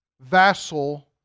vassal